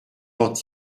tend